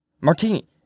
Martini